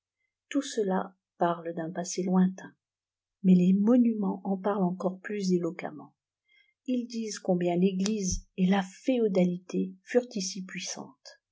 tout cela parle d'un passé lointain mais les monuments en parlent encore plus éloquemment ils disent combien l'eglise et la féodalité furent ici puissantes